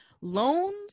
loans